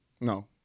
No